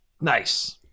Nice